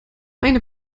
eine